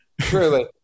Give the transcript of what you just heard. Truly